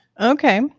Okay